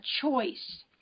choice